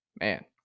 Man